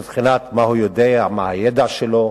בבחינת מה הוא יודע, מה הידע שלו